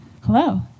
Hello